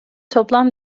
toplam